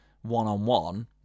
one-on-one